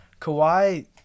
Kawhi